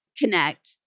connect